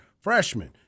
freshman